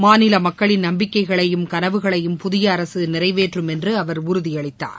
மாநில மக்களின் நம்பிக்கைகளையும் கனவுகளையும் புதிய அரசு நிறைவேற்றும் என்று அவர் உறுதியளித்தார்